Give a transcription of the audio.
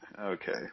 Okay